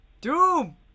doom